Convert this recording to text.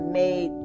made